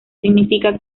significa